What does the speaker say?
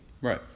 Right